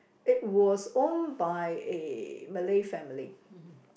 it was owned by a Malay family